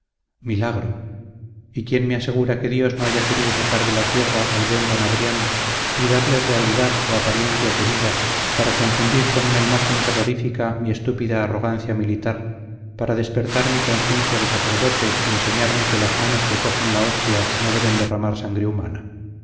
milagro y quién me asegura que dios no haya querido sacar de la tierra al buen don adrián y darle realidad o apariencias de vida para confundir con una imagen terrorífica mi estúpida arrogancia militar para despertar mi conciencia de sacerdote y enseñarme que las manos que cogen la hostia no deben derramar sangre humana